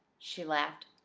she laughed.